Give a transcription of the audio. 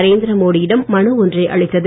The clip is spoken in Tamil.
நரேந்திர மோடியிடம் மனு ஒன்றை அளித்தது